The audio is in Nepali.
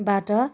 बाट